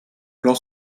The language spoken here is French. plan